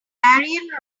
ariane